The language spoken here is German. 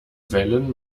wellen